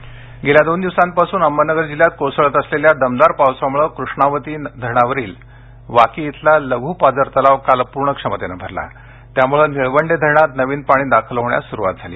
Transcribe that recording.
नगर पाऊस गेल्या दोन दिवसापास्न अहमदनगर जिल्ह्यात कोसळत असलेल्या दमदार पावसाम्ळे कृष्णावंती धरणावरील वाकी येथील लघ् पाझरतलाव काल प्र्ण क्षमतेने भरला त्याम्ळे निळवंडे धरणात नविन पाणी दाखल होण्यास स्रुवात झाली आहे